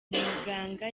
umuganga